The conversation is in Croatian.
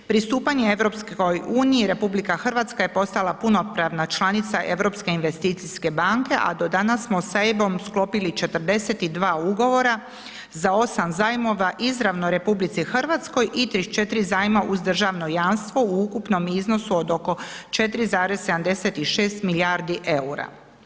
Pristupanje EU RH je postala punopravna članica Europske investicijske banke a do dana smo sa EIB-om sklopili 42 ugovora za 8 zajmova izravno RH i 34 zajma uz državno jamstvo u ukupnom iznosu od oko 4,76 milijardi eura.